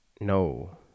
No